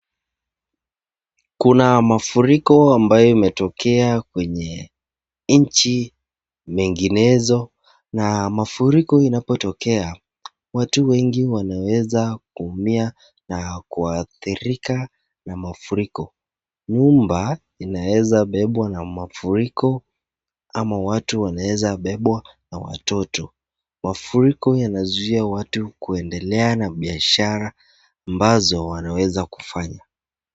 Kuna mafuriko ambayo imetokea kwenye inchi menginezo na mafuriko inapotokea watu wengi wanaweza kuumia na kuadhirika na mafuriko nyumba inaezabebwa na mafuriko, ama watu wanawezwa bebwa na watoto mafuriko yanazuia watu kuendelea na biashara ambazo wanaweza kufanya.